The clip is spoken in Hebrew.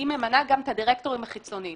היא ממנה גם את הדירקטורים החיצוני.